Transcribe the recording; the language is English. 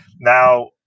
Now